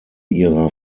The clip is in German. ihrer